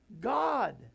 God